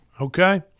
okay